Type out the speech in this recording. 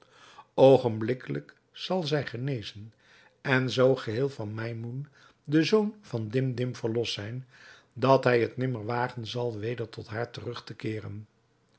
oogenblikkelijk zal zij genezen en zoo geheel van maimoun den zoon van dimdim verlost zijn dat hij het nimmer wagen zal weder tot haar terug te keeren